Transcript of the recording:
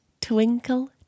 Twinkle